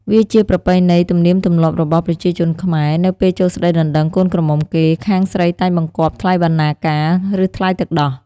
វាជាប្រពៃណីទំនៀមទម្លាប់របស់ប្រជាជនខ្មែរ នៅពេលចូលស្ដីដណ្ដឹងកូនក្រមុំគេ ខាងស្រីតែងបង្គាប់ថ្លៃបណ្ណាការ ឬថ្លៃទឹកដោះ។